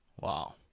Wow